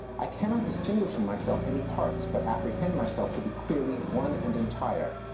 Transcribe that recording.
i cannot distinguish in myself any parts, but apprehend myself to be clearly one and entire.